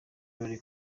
birori